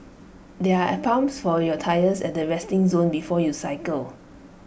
there are pumps for your tyres at the resting zone before you cycle